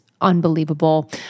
unbelievable